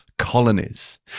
colonies